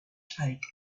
take